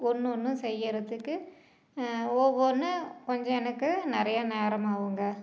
ஒன்னொன்றும் செய்யறதுக்கு ஒவ்வொன்று கொஞ்சம் எனக்கு நிறையா நேரமாகுங்க